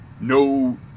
No